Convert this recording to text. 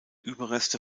überreste